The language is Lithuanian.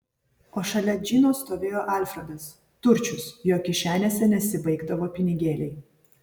o šalia džino stovėjo alfredas turčius jo kišenėse nesibaigdavo pinigėliai